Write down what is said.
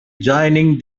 joining